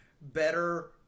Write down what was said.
better